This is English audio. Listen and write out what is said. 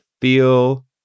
feel